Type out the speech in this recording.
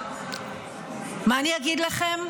מה אני אגיד לכם?